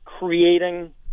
Creating